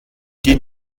die